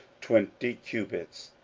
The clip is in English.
twenty cubits,